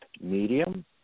medium